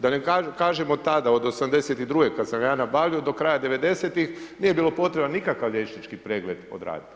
Da ne kažemo tada, od 82. kad sam ga ja nabavio do kraja devedesetih nije bio potreban nikakav liječnički pregled odraditi.